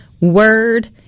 Word